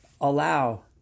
allow